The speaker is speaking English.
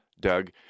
Doug